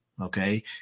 okay